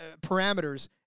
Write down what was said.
parameters